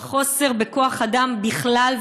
חוסר בכוח-אדם בכלל,